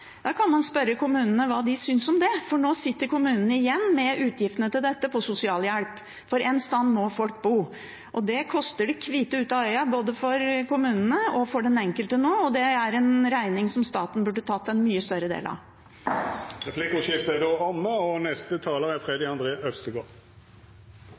sitter kommunene igjen med utgiftene til sosialhjelp, for et sted må folk bo. Det koster det hvite ut av øyet både for kommunene og for den enkelte, og det er en regning som staten burde tatt en mye større del av. Replikkordskiftet er omme. Jeg tok ordet for å adressere noe av den argumentasjonen som jeg ser går igjen i flere av disse sakene. Det er